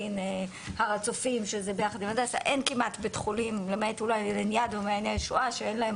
וגם פה יש כל מיני חסמים שלא נפתרים,